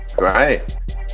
right